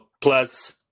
Plus